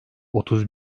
otuz